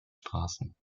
straßen